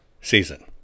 season